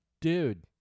Dude